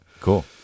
Cool